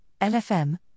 LFM